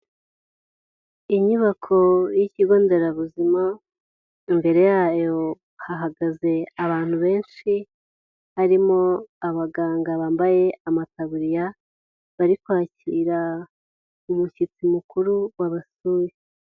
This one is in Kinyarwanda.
Inyubako y'ikigo nderabuzima, imbere yayo hahagaze abantu benshi, harimo abaganga bambaye amataburiya bari kwakira umushyitsi mukuru wabasuye.